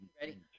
Ready